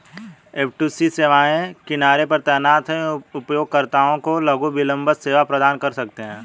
F two C सेवाएं किनारे पर तैनात हैं, उपयोगकर्ताओं को लघु विलंबता सेवा प्रदान कर सकते हैं